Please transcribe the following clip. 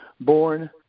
born